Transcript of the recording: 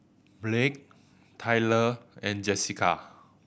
Blake Tyler and Jesica